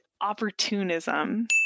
opportunism